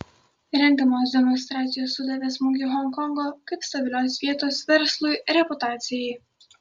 rengiamos demonstracijos sudavė smūgį honkongo kaip stabilios vietos verslui reputacijai